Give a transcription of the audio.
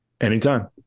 Anytime